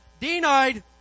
denied